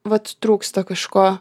vat trūksta kažko